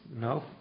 No